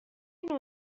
نوع